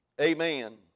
Amen